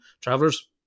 travelers